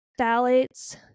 phthalates